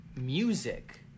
music